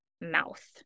mouth